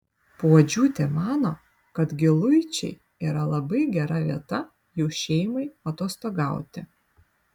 puodžiūtė mano kad giluičiai yra labai gera vieta jų šeimai atostogauti